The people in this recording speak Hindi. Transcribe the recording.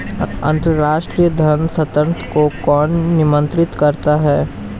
अंतर्राष्ट्रीय धन हस्तांतरण को कौन नियंत्रित करता है?